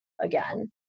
again